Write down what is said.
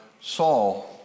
Saul